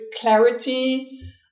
clarity